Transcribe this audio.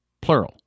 plural